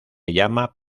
llama